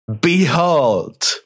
Behold